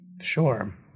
sure